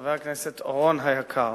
חבר הכנסת אורון היקר.